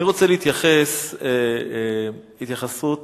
אני רוצה להתייחס התייחסות